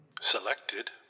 Selected